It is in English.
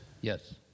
Yes